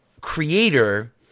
creator